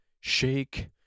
shake